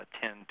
tend